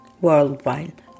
worldwide